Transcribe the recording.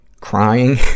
Crying